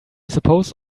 suppose